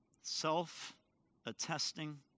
Self-attesting